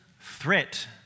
threat